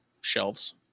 shelves